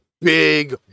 big